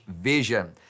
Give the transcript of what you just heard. vision